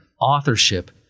authorship